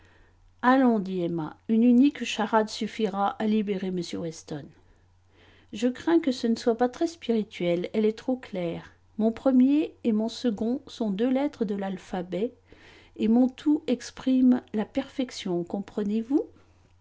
allons dit emma une unique charade suffira à libérer m weston je crains que ce ne soit pas très spirituel elle est trop claire mon premier et mon second sont deux lettres de l'alphabet et mon tout exprime la perfection comprenez-vous